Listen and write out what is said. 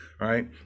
Right